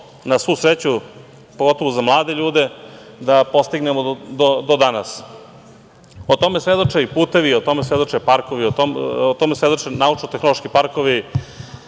na svu sreću, pogotovo za mlade ljude, da postignemo do danas. O tome svedoče putevi, o tome svedoče parkovi, o tome svedoče naučno-tehnološki parkovi.